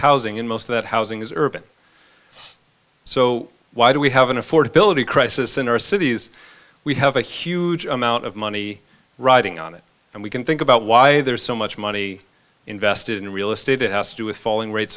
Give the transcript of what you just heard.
housing and most that housing is urban so why do we have an affordability crisis in our cities we have a huge amount of money riding on it and we can think about why there's so much money invested in real estate it has to do with falling rates